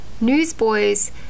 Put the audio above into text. Newsboys